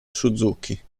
suzuki